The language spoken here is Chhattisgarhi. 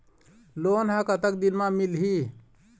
लोन ह कतक दिन मा मिलही?